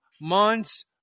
months